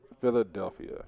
Philadelphia